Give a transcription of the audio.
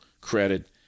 credit